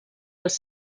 els